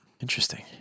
Interesting